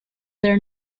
their